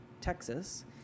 Texas